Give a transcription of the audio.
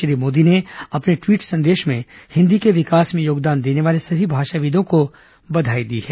श्री मोदी ने अपने ट्वीट संदेश में हिन्दी के विकास में योगदान देने वाले सभी भाषाविदों को बधाई दी है